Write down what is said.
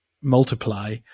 multiply